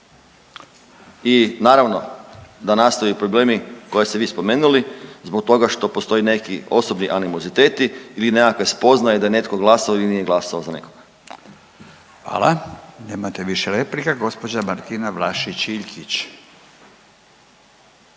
I naravno da nastaju problemi koje ste vi spomenuli zbog toga što postoje neki osobni animoziteti ili nekakve spoznaje da je netko glasao ili nije glasao za nekoga. **Radin, Furio (Nezavisni)** Hvala. Nemate više replika. Gospođa Martina Vlašić Iljkić.